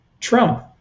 Trump